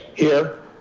here.